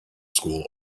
school